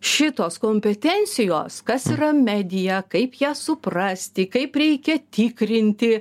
šitos kompetencijos kas yra medija kaip ją suprasti kaip reikia tikrinti